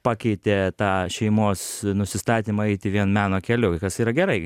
pakeitė tą šeimos nusistatymą eiti vien meno keliu kas yra gerai